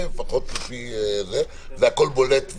זה הכול בולט,